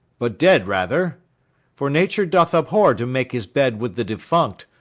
but dead, rather for nature doth abhor to make his bed with the defunct,